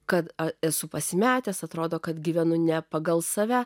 kad esu pasimetęs atrodo kad gyvenu ne pagal save